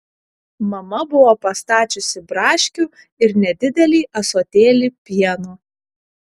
mama buvo pastačiusi braškių ir nedidelį ąsotėlį pieno